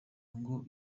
ngo